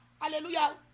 Hallelujah